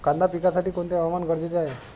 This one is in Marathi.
कांदा पिकासाठी कोणते हवामान गरजेचे आहे?